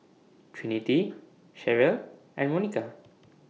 Trinity Cherelle and Monica